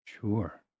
Sure